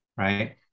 Right